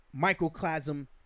microclasm